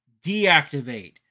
deactivate